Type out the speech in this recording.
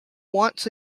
once